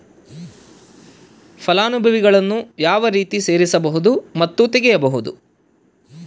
ಫಲಾನುಭವಿಗಳನ್ನು ಯಾವ ರೇತಿ ಸೇರಿಸಬಹುದು ಮತ್ತು ತೆಗೆಯಬಹುದು?